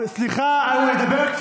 הוא מדבר לא לעניין.